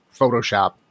photoshop